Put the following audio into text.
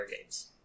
games